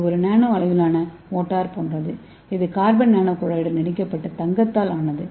இது ஒரு நானோ அளவிலான மோட்டார் போன்றது இது கார்பன் நானோகுழாயுடன் இணைக்கப்பட்ட தங்கத்தால் ஆனது